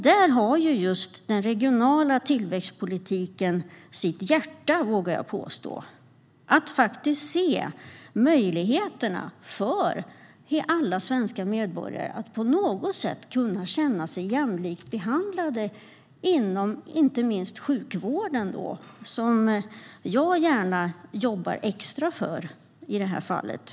Där har just den regionala tillväxtpolitiken sitt hjärta, vågar jag påstå: att faktiskt se möjligheterna för alla svenska medborgare att kunna känna sig jämlikt behandlade inom inte minst sjukvården som jag gärna jobbar extra mycket för i det här fallet.